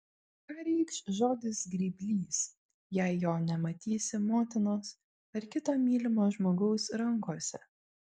ką reikš žodis grėblys jei jo nematysi motinos ar kito mylimo žmogaus rankose